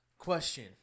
question